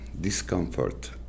discomfort